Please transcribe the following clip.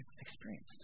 experienced